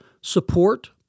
support